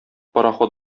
пароход